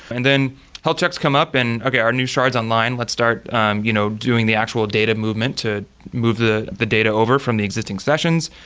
and then health checks come up and okay, our new shard's online, let's start um you know doing the actual data movement to move the the data over from the existing sessions.